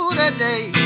today